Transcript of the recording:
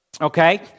okay